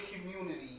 community